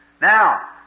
Now